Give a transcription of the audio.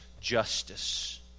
justice